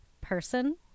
person